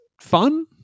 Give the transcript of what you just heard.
fun